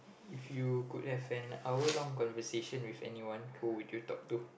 if you could have an hour long conversation with anyone who would you talk to